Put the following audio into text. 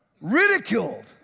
Ridiculed